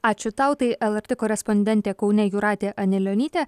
ačiū tau tai lrt korespondentė kaune jūratė anilionytė